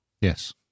Yes